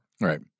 Right